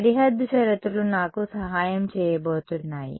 సరిహద్దు షరతులు నాకు సహాయం చేయబోతున్నాయి